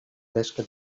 pesca